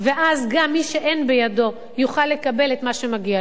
ואז גם מי שאין בידו יוכל לקבל את מה שמגיע לו.